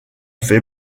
fait